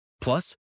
Plus